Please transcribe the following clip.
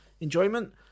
enjoyment